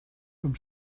com